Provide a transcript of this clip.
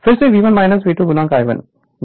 फिर से V1 V2 I1 फिर से 100 1000 होगा